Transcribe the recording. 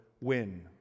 win